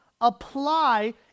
apply